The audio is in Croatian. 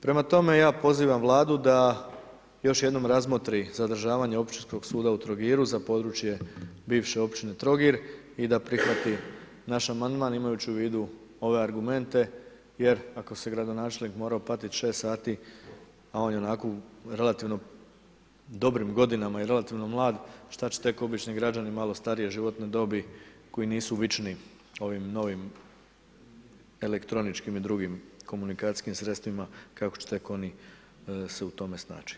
Prema tome, ja pozivam Vladu da još jednom razmotri zadržavanje Općinskog suda u Trogiru za područje bivše općine Trogir i da prihvati naš amandman imajući u vidu ove argumente jer ako se gradonačelnik morao pati 6 sati, a on je onako relativno u dobrim godinama i relativno mlad šta će tek obični građani malo starije životne dobi koji nisu vični ovim novim elektroničkim i drugim komunikacijskim sredstvima kako će tek oni se u tome snaći.